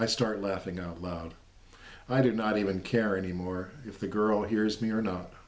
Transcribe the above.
i start laughing out loud i did not even care anymore if the girl hears me or not